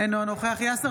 אינו נוכח יאסר